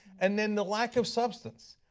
and then the lack of substance.